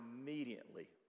immediately